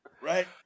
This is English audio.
right